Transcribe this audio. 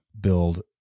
build